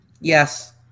Yes